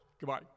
Goodbye